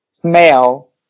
smell